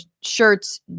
shirts